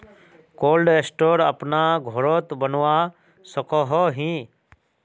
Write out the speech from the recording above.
Cold store अपना घोरोत बनवा सकोहो ही?